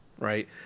right